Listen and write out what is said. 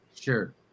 Sure